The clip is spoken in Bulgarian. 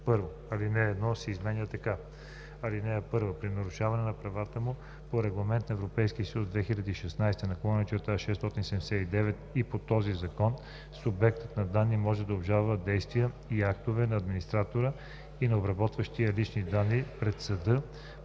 „1. Алинея 1 се изменя така: „(1) При нарушаване на правата му по Регламент (ЕС) 2016/679 и по този закон субектът на данни може да обжалва действия и актове на администратора и на обработващия лични данни пред съда